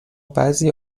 بعضی